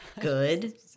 good